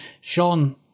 Sean